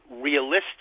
realistic